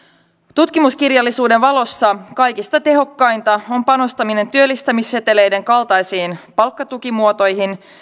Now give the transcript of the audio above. tutkimuskirjallisuuden valossa kaikista tehokkainta on panostaminen työllistämisseteleiden kaltaisiin palkkatukimuotoihin